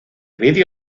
video